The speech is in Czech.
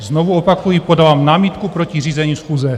Znovu opakuji, podávám námitku proti řízení schůze.